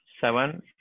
seven